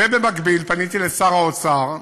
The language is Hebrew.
ובמקביל פניתי לשר האוצר,